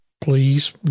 Please